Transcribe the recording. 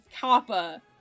Kappa